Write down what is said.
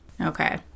Okay